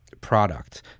product